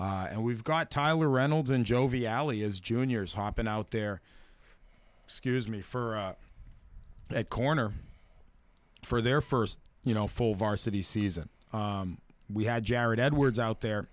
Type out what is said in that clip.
and we've got tyler reynolds in joviality as juniors hopping out there excuse me for that corner for their first you know full varsity season we had jared edwards out there